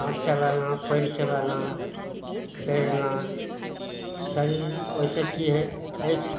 हाथ चलाना पयर चलाना तैरना शरीर ओइसँ की होइ अछि